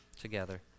together